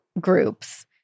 groups